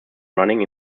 running